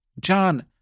John